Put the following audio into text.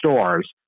stores